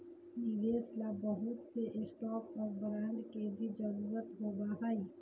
निवेश ला बहुत से स्टाक और बांड के भी जरूरत होबा हई